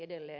myös